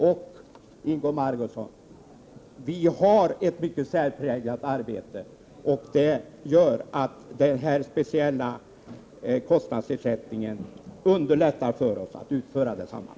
Att vara riksdagsledamot är ett mycket särpräglat arbete, Margö Ingvardsson, och den speciella kostnadsersättningen underlättar för oss att utföra det arbetet.